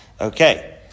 Okay